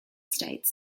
states